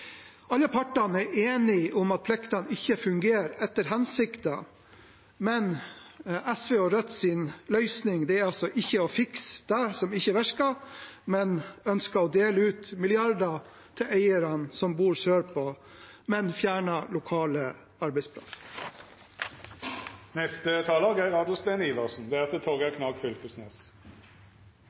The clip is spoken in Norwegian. Alle partene er enige om at pliktene ikke fungerer etter hensikten, men SVs og Rødts løsning er ikke å fikse det som ikke virker. De ønsker å dele ut milliarder til eierne som bor sørpå, men fjerner lokale